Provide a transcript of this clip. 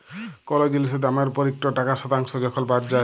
call জিলিসের দামের উপর ইকট টাকা শতাংস যখল বাদ যায়